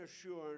assurance